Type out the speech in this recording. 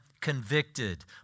convicted